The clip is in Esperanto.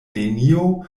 nenio